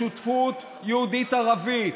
בשותפות יהודית-ערבית.